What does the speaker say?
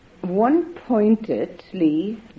one-pointedly